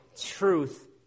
truth